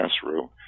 classroom